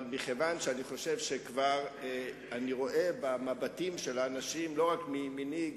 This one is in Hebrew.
אבל מכיוון שאני חושב שאני רואה במבטים של האנשים לא רק מימיני,